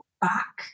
back